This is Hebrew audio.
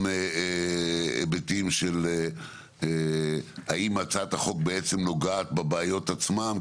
גם היבטים של האם הצעת החוק בעצם נוגעת בבעיות עצמן,